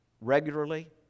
regularly